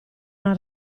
una